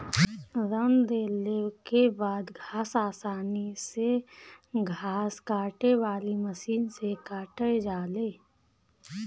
रौंद देले के बाद घास आसानी से घास काटे वाली मशीन से काटा जाले